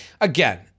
Again